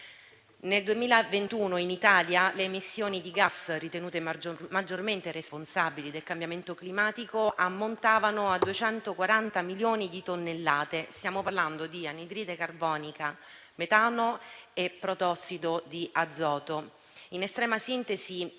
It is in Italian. Nel 2021 in Italia le emissioni di gas ritenute maggiormente responsabili del cambiamento climatico ammontavano a 240 milioni di tonnellate: stiamo parlando di anidride carbonica, metano e protossido di azoto.